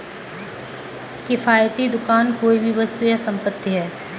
किफ़ायती दुकान कोई भी वस्तु या संपत्ति है